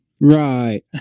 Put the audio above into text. Right